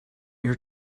your